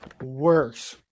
worse